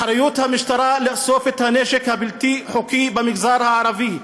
אחריות המשטרה לאסוף את הנשק הבלתי-חוקי במגזר הערבי,